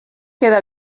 queda